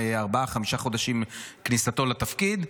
ארבעה-חמישה חודשים מכניסתו לתפקיד,